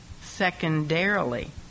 secondarily